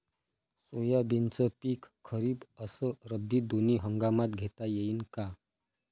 सोयाबीनचं पिक खरीप अस रब्बी दोनी हंगामात घेता येईन का?